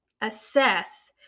assess